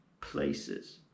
places